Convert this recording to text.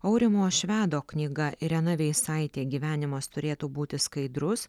aurimo švedo knyga irena veisaitė gyvenimas turėtų būti skaidrus